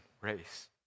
race